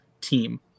team